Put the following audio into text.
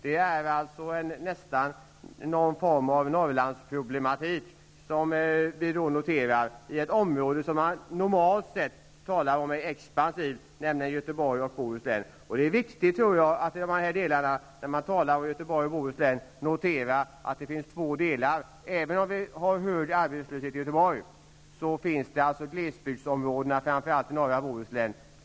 Det är alltså nästan en form av Norrlandsproblematik som vi då noterar i ett område som man normalt sett talar om som expansivt, nämligen Göteborg och Bohuslän. Det är viktigt att man, när man talar om Göteborg och Bohuslän, noterar att det finns två delar. Även om vi har hög arbetslöshet i Göteborg är den än större i glesbygdsområdena i norra Bohuslän.